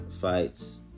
fights